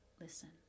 listen